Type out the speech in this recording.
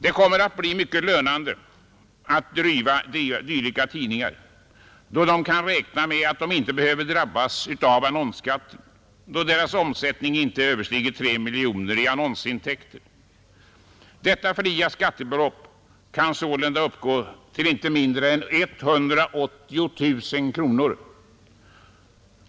Det kommer att bli mycket lönande att driva dylika tidningar, eftersom man kan räkna med att de inte behöver drabbas av annonsskatten, då deras omsättning inte överstiger 3 miljoner kronor i annonsintäkter. Detta fria skattebelopp kan sålunda uppgå till inte mindre än 180 000 kronor.